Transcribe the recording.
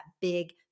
big